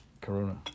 corona